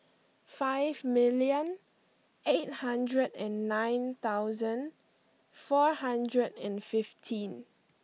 five million eight hundred and nine thousand four hundred and fifteen